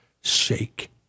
shake